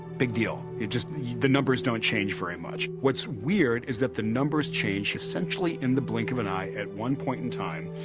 big deal. it just, the the numbers don't change very much. what's weird is that the numbers change essentially in the blink of an eye at one point in time.